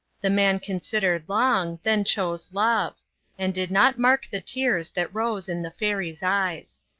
the man considered long, then chose love and did not mark the tears that rose in the fairy's eyes.